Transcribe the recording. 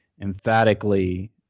emphatically